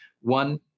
one